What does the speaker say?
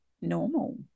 normal